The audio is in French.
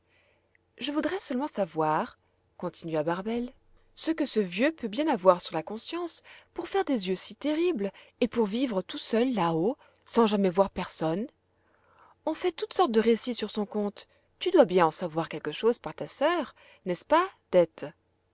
je voudrais seulement savoir continua barbel ce que ce vieux peut bien avoir sur la conscience pour faire des yeux si terribles et pour vivre tout seul là-haut sans jamais voir personne on fait toutes sortes de récits sur son compte tu dois bien en savoir quelque chose par ta sœur n'est-ce pas dete